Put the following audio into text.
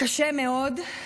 קשה מאוד.